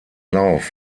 lauf